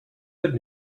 good